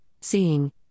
seeing